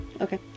Okay